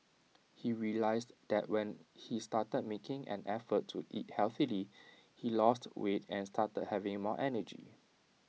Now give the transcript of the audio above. he realised that when he started making an effort to eat healthily he lost weight and started having more energy